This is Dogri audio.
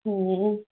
हूं